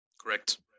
Correct